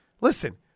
listen